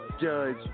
Judge